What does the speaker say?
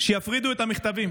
שיפרידו את המכתבים.